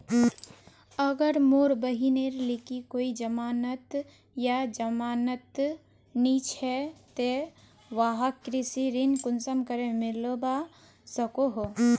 अगर मोर बहिनेर लिकी कोई जमानत या जमानत नि छे ते वाहक कृषि ऋण कुंसम करे मिलवा सको हो?